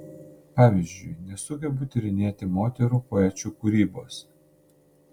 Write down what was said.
pavyzdžiui nesugebu tyrinėti moterų poečių kūrybos